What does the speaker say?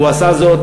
והוא עשה זאת,